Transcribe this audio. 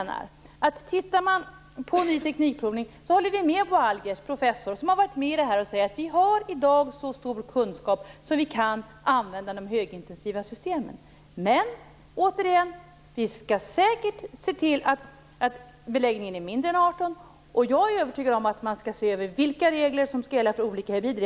När det gäller ny teknikprovning håller vi med professor Bo Algers som säger att vi i dag har så stor kunskap att vi kan använda de högintensiva systemen. Men, återigen, vi skall se till att beläggningen är mindre än 18 höns per kvadratmeter, och jag är övertygad om att man skall se över vilka regler som skall gälla för olika hybrider.